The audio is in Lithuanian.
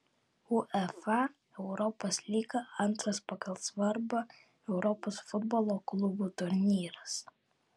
uefa europos lyga antras pagal svarbą europos futbolo klubų turnyras